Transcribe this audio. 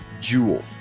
jewel